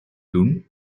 doen